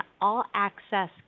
all-access